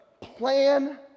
plan